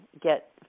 get